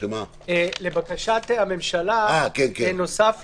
לבקשת הממשלה, הם הציעו